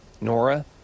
Nora